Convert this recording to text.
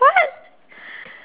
what